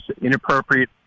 inappropriate